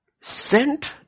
Sent